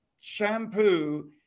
shampoo